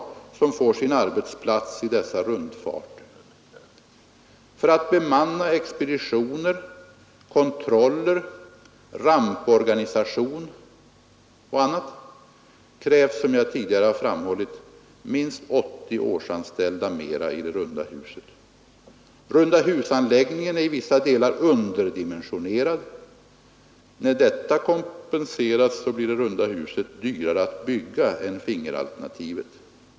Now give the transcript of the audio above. som får sin arbetsplats i dessa rundfarter. För att bemanna expeditioner, kontroller, ramporganisation och annat krävs — som jag tidigare framhållit — minst 80 årsanställda mera i det runda huset. Rundahusanläggningen är i vissa delar underdimensionerad. När detta kompenseras blir det runda huset dyrare att bygga än fingeralternativet.